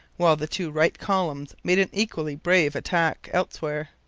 while the two right columns made an equally brave attack elsewhere.